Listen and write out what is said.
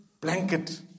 blanket